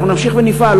ואנחנו נמשיך ונפעל,